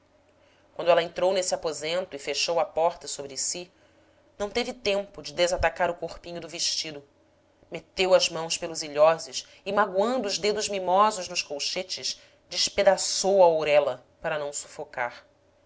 quando ela entrou nesse aposento e fechou a porta sobre si não teve tempo de desatacar o corpinho do vestido meteu as mãos pelos ilhoses e magoando os dedos mimosos nos colchetes despedaçou a ourela para não sufocar